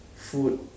food